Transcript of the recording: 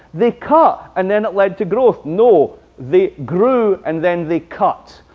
they cut and then it led to growth? no. they grew and then they cut.